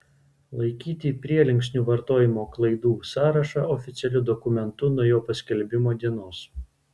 laikyti prielinksnių vartojimo klaidų sąrašą oficialiu dokumentu nuo jo paskelbimo dienos